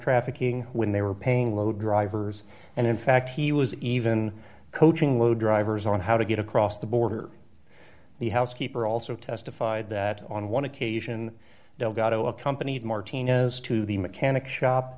trafficking when they were paying low drivers and in fact he was even coaching low drivers on how to get across the border the housekeeper also testified that on one occasion delgado accompanied martinez to the mechanic shop